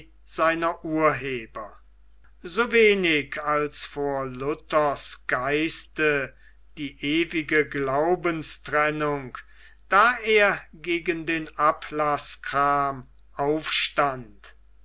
seiner urheber so wenig als vor luthers geiste die ewige glaubenstrennung da er gegen den ablaßkram aufstand